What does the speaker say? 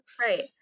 Right